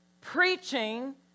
preaching